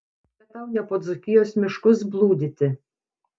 čia tau ne po dzūkijos miškus blūdyti